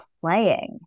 playing